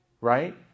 right